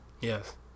Yes